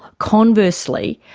conversely,